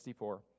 64